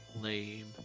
Lame